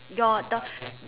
your the